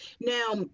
Now